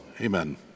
Amen